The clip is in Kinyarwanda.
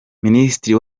minisitiri